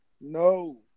No